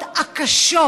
לעכו.